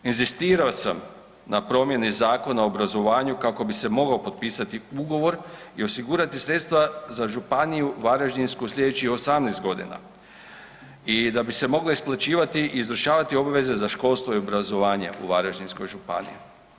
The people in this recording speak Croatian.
Inzistirao sam na promjeni Zakona o obrazovanju kako bi se mogao potpisati ugovor i osigurati sredstva za županiju varaždinsku slijedećih 18.g. i da bi se mogle isplaćivati i izvršavati obveze za školstvo i obrazovanje u Varaždinskoj županiji.